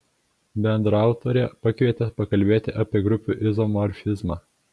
bendraautorę pakvietė pakalbėti apie grupių izomorfizmą